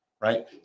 right